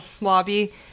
lobby